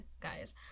guys